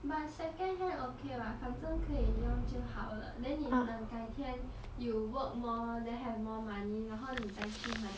but second hand okay what 反正可以用就好了 then 等改天 you work more then have more money 然后你再去买